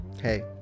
Hey